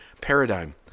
paradigm